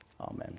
Amen